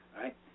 right